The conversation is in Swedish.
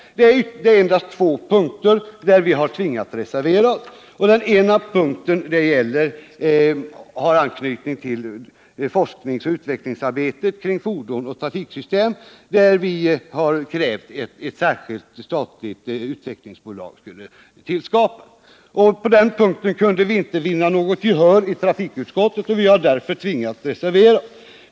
Det är alltså på endast två punkter som vi har tvingats reservera oss. Den ena punkten anknyter till forskningsoch utvecklingsarbete beträffande fordonsoch trafiksystem. Här har vi krävt att ett särskilt statligt utvecklingsbolag skall skapas. På den punkten kunde vi inte vinna gehör i trafikutskottet och har således tvingats reservera oss.